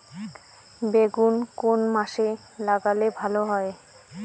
বেগুন কোন মাসে লাগালে ভালো হয়?